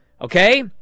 okay